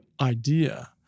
idea